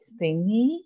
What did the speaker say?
thingy